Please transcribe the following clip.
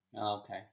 Okay